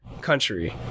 country